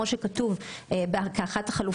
כל אלו